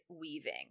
weaving